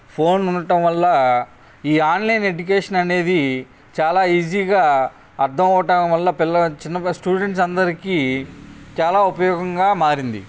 phone ఉండడం వల్ల ఈ ఆన్లైన్ ఎడ్యుకేషన్ అనేది చాలా ఈజీగా అర్థమవ్వడం వల్ల స్టూడెంట్స్ అందరికీ చాలా ఉపయోగంగా మారింది